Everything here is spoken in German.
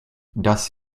das